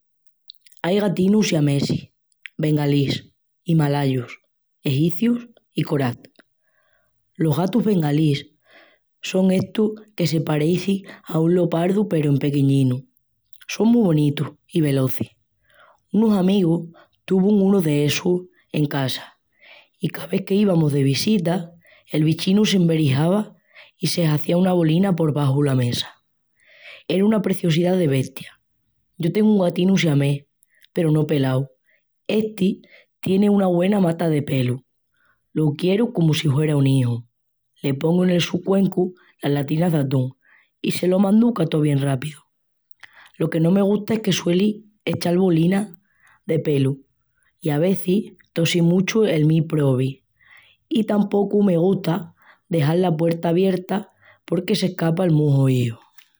Ai gatinus siamesis, bengalís, himalayus, egipcius i korat. Los gatus bengalís son estus que se parecin a un lopardu peru en pequeñinu. Son mu bonitus i velozis. Unus amigus tuvun unu d´essus en casa i cá ves que ívamus de vesita, el bichinu s'enverijava i se hazía una bolina por baxu la mesa. Era una preciosidá de bestia. Yo tengu un gatinu siamés, peru no pelau, esti tieni una güena mata de pelu. Lo quieru comu si huera un iju, le pongu nel su cuencu las latinas d'atún i se lo manduca tó bien rápidu. Lo que no me gusta es que sueli echal bolinas de pelu i a vezis tosi muchu el mi probi i tampocu me gusta dexal la puerta abierta, porque s'escapa el mu joíu.